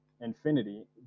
infinity